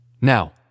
Now